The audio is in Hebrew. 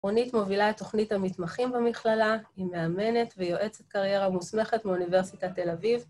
רונית מובילה את תוכנית המתמחים במכללה, היא מאמנת ויועצת קריירה מוסמכת מאוניברסיטת תל אביב